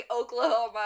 Oklahoma